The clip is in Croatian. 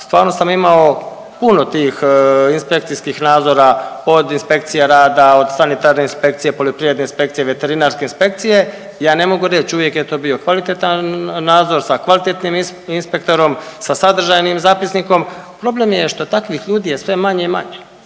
stvarno sam imao puno tih inspekcijskih nadzora od inspekcije rada, od sanitarne inspekcije, poljoprivredne inspekcije, veterinarske inspekcije, ja ne mogu reć uvijek je to bio kvalitetan nadzor sa kvalitetnim inspektorom, sa sadržajnim zapisnikom, problem je što takvih ljudi je sve manje i manje